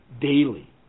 daily